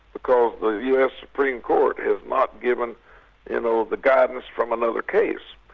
because the us supreme court has not given you know the guidance from another case.